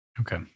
Okay